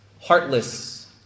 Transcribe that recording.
heartless